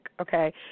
okay